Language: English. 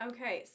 Okay